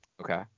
Okay